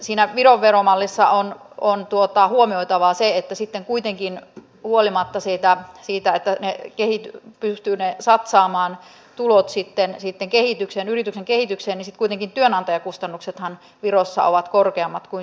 siinä viron veromallissa on huomioitavaa se että huolimatta siitä että he pystyvät satsaamaan ne tulot yrityksen kehitykseen sitten kuitenkin työnantajakustannuksethan virossa ovat korkeammat kuin suomessa